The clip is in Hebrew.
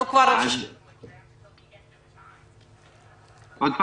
עוד פעם?